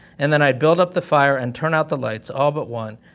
and then i'd build up the fire and turn out the lights, all but one,